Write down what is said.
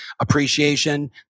appreciation